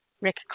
Rick